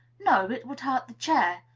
no, it would, hurt the chair,